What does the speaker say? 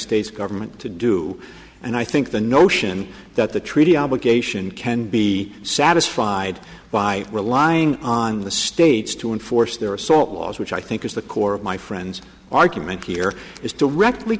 states government to do and i think the notion that the treaty obligation can be satisfied by relying on the states to enforce their assault laws which i think is the core of my friend's argument here is directly